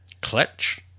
Clutch